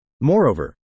Moreover